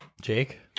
Jake